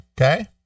Okay